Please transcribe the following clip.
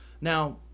Now